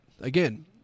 again